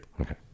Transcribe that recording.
Okay